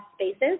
spaces